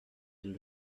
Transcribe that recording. elle